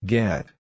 Get